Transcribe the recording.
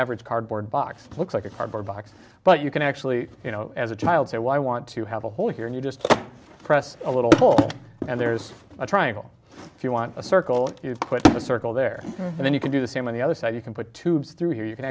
average cardboard box looks like a cardboard box but you can actually as a child say well i want to have a hole here and you just press a little and there's a triangle if you want a circle you put a circle there and then you can do the same on the other side you can put tubes through here you can